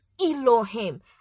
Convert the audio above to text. Elohim